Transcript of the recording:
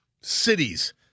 Cities